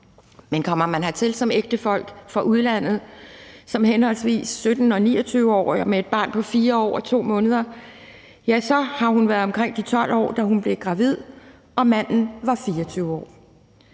kommet hertil som ægtefolk fra udlandet som henholdsvis 17- og 29-årig og med et barn på 4 år og 2 måneder, ja, så har pigen været omkring de 12 år, da hun blev gravid, og manden 24 år.